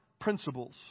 principles